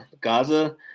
Gaza